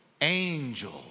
angel